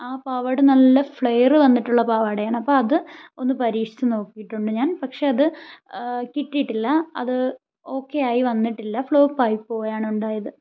ആ പാവാട നല്ല ഫ്ലെയർ വന്നിട്ടുള്ള പാവാടയാണ് അപ്പോൾ അത് ഒന്നു പരീക്ഷിച്ചു നോക്കിയിട്ടുണ്ട് ഞാൻ പക്ഷേ അത് കിട്ടിയിട്ടില്ല അത് ഓക്കെ ആയി വന്നിട്ടില്ല ഫ്ലോപ്പ് ആയി പോകുക ആണ് ഉണ്ടായത്